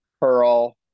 Pearl